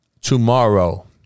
tomorrow